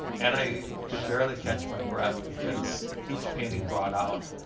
and i could barely catch my breath because each painting brought out,